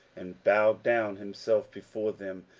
and bowed down himself before them,